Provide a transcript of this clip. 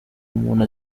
umuntu